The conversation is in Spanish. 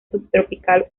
subtropical